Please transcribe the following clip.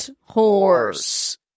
Horse